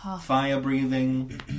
Fire-breathing